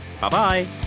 Bye-bye